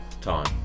time